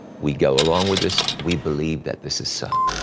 we go along with this, we believe that this is ah